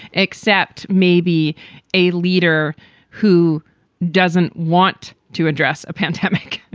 except maybe a leader who doesn't want to address a pandemic.